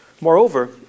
Moreover